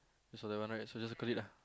that one right so just circle it lah